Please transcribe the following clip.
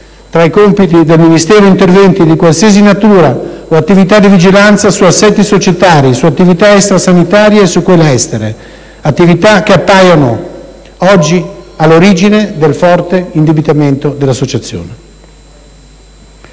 tra i compiti del Ministero interventi di qualsiasi natura o attività di vigilanza sugli assetti societari, sulle attività extrasanitarie e su quelle estere: attività che appaiono oggi all'origine del forte indebitamento della fondazione.